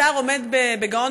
השר עומד בגאון,